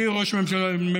ראי ראש ממשלתנו,